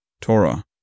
Torah